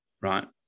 right